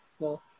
No